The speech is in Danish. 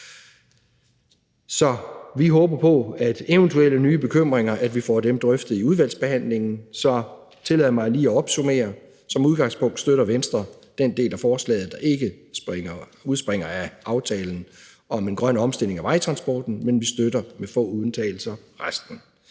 Vi håber på, at vi får eventuelle nye bekymringer drøftet i udvalgsbehandlingen. Så tillad mig lige at opsummere: Som udgangspunkt støtter Venstre den del af forslaget, der ikke udspringer af aftalen om en grøn omstilling af vejtransporten, men vi støtter med få undtagelser resten.